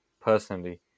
personally